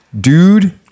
Dude